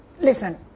listen